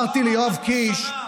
אמרתי ליואב קיש,